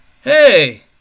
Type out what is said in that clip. Hey